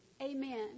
Amen